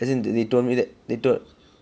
as in he told me that they told